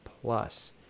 Plus